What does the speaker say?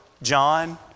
John